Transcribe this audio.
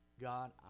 God